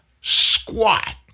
squat